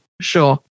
Sure